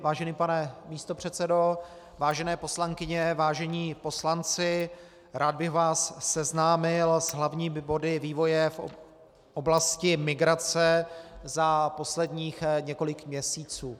Vážený pane místopředsedo, vážené poslankyně, vážení poslanci, rád bych vás seznámil s hlavními body vývoje v oblasti migrace za posledních několik měsíců.